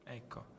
ecco